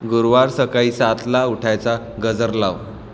गुरुवार सकाळी सातला उठायचा गजर लाव